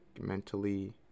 mentally